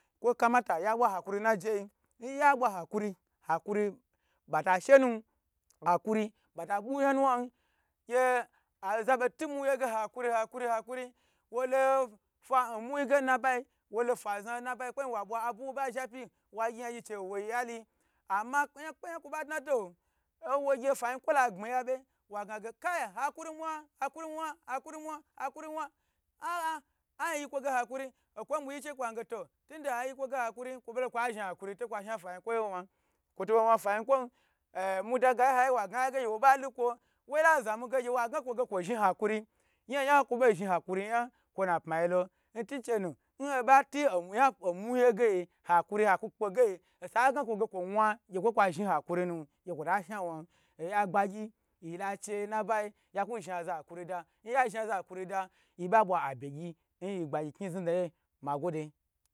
Kwo kamata ya bwa hakuri naje yi nyabwa hakuri nya ba hakuri, hakuri ba ta shenu hakuri ba ta bu yan nuwa gye za bo tu muye ge hakuri hakuri hakuri wo loo fa muyi ge nabayi wolo fa za nabayi kpeyi wa bwa abu wo ba zha pye wa gyi yangyi chei nwo nyaliyi ami kpe kpeyan kwo ba dna do wogye fayinkwo lagbmi ya be wa gna ge kai hakuri wan hakuri wan hakuri wan a a ayi kwo ge hakuri okwo bwi gyi che kwa n ge to tunde ayi kwo ge hakuri yi kwo bo lo kwa zhi hakuri to kwa sha fayikwo ye wan, kwo to bo wan fayi nkwon err omu dagaye wagayi ge gye wo ba lukwo wo la zamu ge gye wa gna kwo ge kwozhi hakuri, yahaya kwo bo zhi hakuri yan kwoi napma yi lo ntinchenu nhobo ti omuya omu ye ge hakuri haku kpe ge nhagna kwo ge kwo wan gye kwo kwa zhni hakuri nu kwa ta shan wani oya gbagyi yila che nbayi yaku zhi aza hakurida nya zha za hakuri yiba bwa abye gyi nyi gbagyi kni znidayi magode.